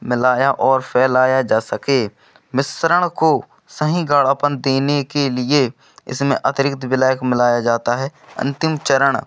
मिलाया और फैलाया जा सके मिश्रण को सही गाढ़ापन देने के लिए इसमें अतिरिक्त विलायक मिलाया जाता है अंतिम चरण